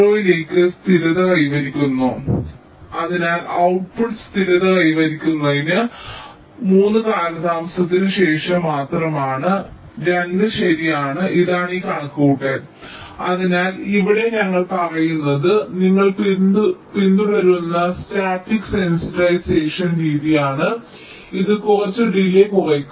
ലേക്ക് സ്ഥിരത കൈവരിക്കുന്നു അതിനാൽ ഔട്ട്പുട്ട് സ്ഥിരത കൈവരിക്കുന്നത് 3 കാലതാമസത്തിനു ശേഷം മാത്രമാണ് അല്ല 2 ശരിയാണ് ഇതാണ് ഈ കണക്കുകൂട്ടൽ അതിനാൽ ഇവിടെ ഞങ്ങൾ പറയുന്നത് നിങ്ങൾ പിന്തുടരുന്ന സ്റ്റാറ്റിക് സെൻസിറ്റൈസേഷൻ രീതിയാണ് ഇത് കുറച്ച് ഡിലേയ് കുറയ്ക്കുന്നു